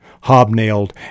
hobnailed